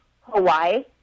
Hawaii